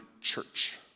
church